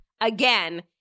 again